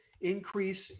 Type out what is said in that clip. increase